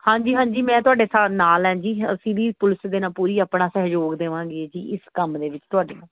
ਹਾਂਜੀ ਹਾਂਜੀ ਮੈਂ ਤੁਹਾਡੇ ਸਾਥ ਨਾਲ ਹੈ ਜੀ ਅਸੀਂ ਵੀ ਪੁਲਿਸ ਦੇ ਨਾਲ ਪੂਰੀ ਆਪਣਾ ਸਹਿਯੋਗ ਦੇਵਾਂਗੇ ਜੀ ਇਸ ਕੰਮ ਦੇ ਵਿੱਚ ਤੁਹਾਡੇ